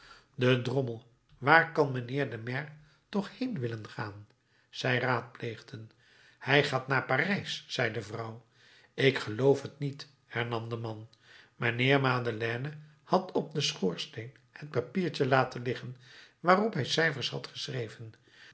de drommel waar kan mijnheer de maire toch heen willen gaan zij raadpleegden hij gaat naar parijs zei de vrouw ik geloof het niet hernam de man mijnheer madeleine had op den schoorsteen het papiertje laten liggen waarop hij cijfers had geschreven